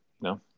no